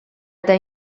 eta